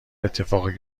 اتفاقی